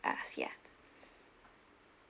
us ya